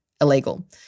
illegal